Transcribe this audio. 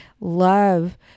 love